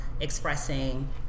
expressing